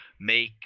make